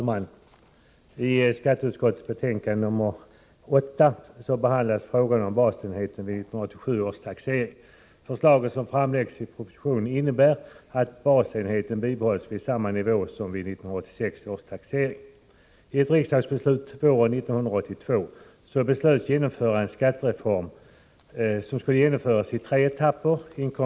Fru talman! I skatteutskottets betänkande nr 8 behandlas frågan om basenheten vid 1987 års taxering. Förslaget som framläggs i propositionen innebär att basenheten bibehålles vid samma nivå som vid 1986 års taxering.